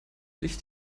licht